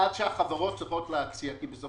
עד שהחברות צריכות להציע, כי לא